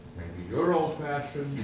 you're old fashioned.